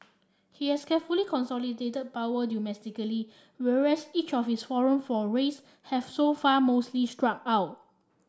he has carefully consolidated power domestically whereas each of his foreign forays have so far mostly struck out